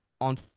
on